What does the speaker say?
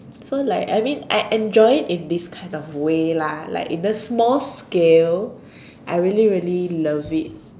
so like I mean I enjoyed it in these kind of way lah like in this small scale I really really love it